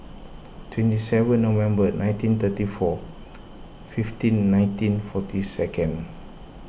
twenty seven November nineteen thirty four fifteen nineteen forty second